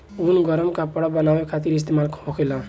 ऊन गरम कपड़ा बनावे खातिर इस्तेमाल होखेला